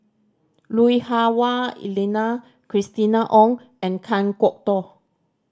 Lui Hah Wah Elena Christina Ong and Kan Kwok Toh